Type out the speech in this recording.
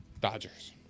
Dodgers